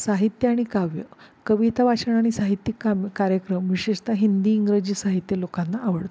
साहित्य आणि काव्य कविता वाचन आणि साहित्यक काम कार्यक्रम विशेषत हिंदी इंग्रजी साहित्य लोकांना आवडतं